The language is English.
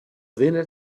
dinner